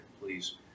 please